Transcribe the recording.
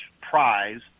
prize